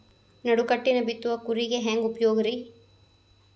ನಡುಕಟ್ಟಿನ ಬಿತ್ತುವ ಕೂರಿಗೆ ಹೆಂಗ್ ಉಪಯೋಗ ರಿ?